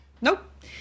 nope